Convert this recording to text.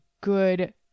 good